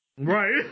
Right